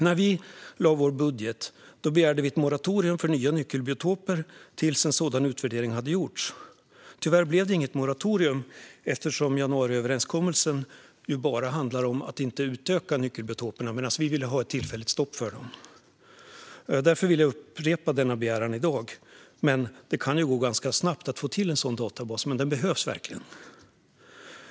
När vi lade fram vår budget begärde vi ett moratorium för nya nyckelbiotoper tills en sådan utvärdering hade gjorts. Tyvärr blev det inget moratorium eftersom januariöverenskommelsen bara handlar om att inte utöka nyckelbiotoperna - vi ville ha ett tillfälligt stopp för dem. Därför vill jag upprepa denna begäran i dag. Det kan gå ganska snabbt att få till en sådan databas, och den behövs verkligen.